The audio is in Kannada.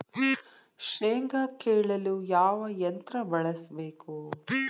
ಶೇಂಗಾ ಕೇಳಲು ಯಾವ ಯಂತ್ರ ಬಳಸಬೇಕು?